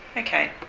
okay,